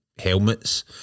helmets